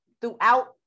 throughout